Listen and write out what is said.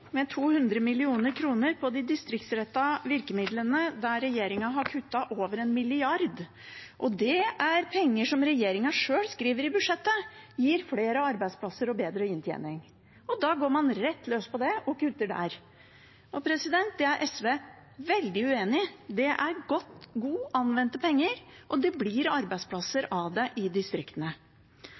med 200 mill. kr de distriktsrettede virkemidlene, der regjeringen har kuttet over 1 mrd. kr. Det er penger – som regjeringen sjøl skriver i budsjettet – som gir flere arbeidsplasser og bedre inntjening. Da går man rett løs på det og kutter der. Det er SV veldig uenig i. Det er godt anvendte penger, og det blir arbeidsplasser av dem i distriktene.